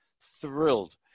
thrilled